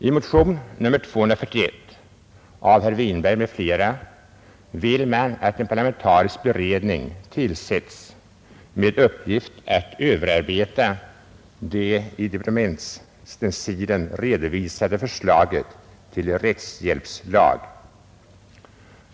I motionen 241 av herr Winberg m.fl. föreslås att en parlamentarisk beredning tillsätts med uppgift att överarbeta det i departementsstencilen redovisade förslaget till rättshjälpslag.